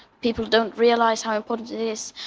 people don't realize how important it is.